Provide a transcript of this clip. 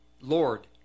Lord